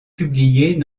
publiées